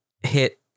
hit